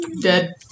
dead